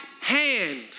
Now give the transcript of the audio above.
hand